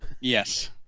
Yes